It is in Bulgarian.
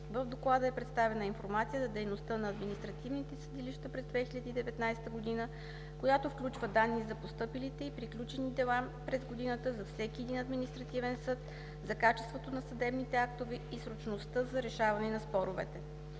В Доклада е представена информация за дейността на административните съдилища през 2019 г., която включва данни за постъпилите и приключени дела през годината за всеки един административен съд, за качеството на съдебните актове и срочността за решаване на споровете.